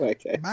Okay